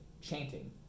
chanting